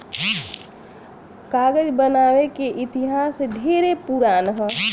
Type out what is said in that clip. कागज बनावे के इतिहास ढेरे पुरान ह